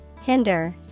Hinder